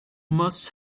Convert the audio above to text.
must